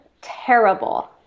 terrible